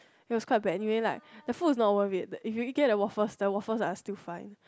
it was quite bad anyway like the food is not worth it if you get the waffles the waffles are still fine